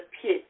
pit